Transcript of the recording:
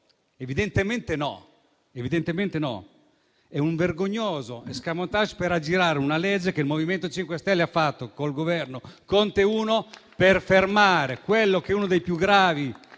Evidentemente no. È un vergognoso *escamotage* per aggirare una legge che il MoVimento 5 Stelle ha fatto con il Governo Conte I per fermare quello che è uno dei più gravi